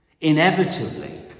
Inevitably